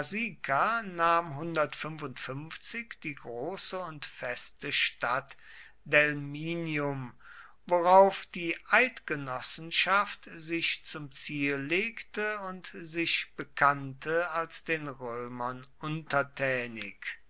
nahm die große und feste stadt delminium worauf die eidgenossenschaft sich zum ziel legte und sich bekannte als den römern